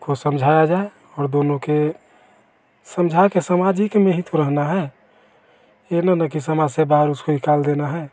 को समझाया जाए और दोनों के समझाकर समाजिक में ही तो रहना है यह ना ना कि समाज से बाहर उसको निकाल देना है